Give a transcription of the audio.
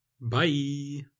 Bye